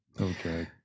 Okay